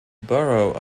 borough